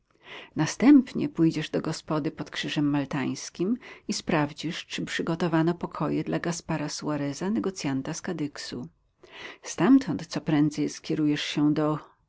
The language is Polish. następnie pójdziesz do gospody pod krzyżem maltańskim i sprawdzisz czy przygotowano pokoje dla gaspara suareza negocjanta z kadyksu stamtąd co prędzej skierujesz się do